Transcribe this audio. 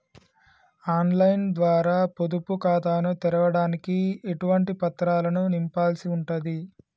On line ద్వారా పొదుపు ఖాతాను తెరవడానికి ఎటువంటి పత్రాలను నింపాల్సి ఉంటది?